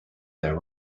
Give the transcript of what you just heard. their